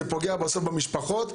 זה פוגע בסוף במשפחות.